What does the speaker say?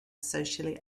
socially